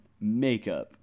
Makeup